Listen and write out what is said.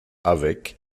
avec